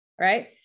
right